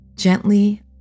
Gently